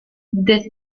the